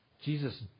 Jesus